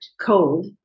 cold